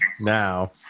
Now